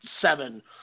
seven